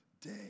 day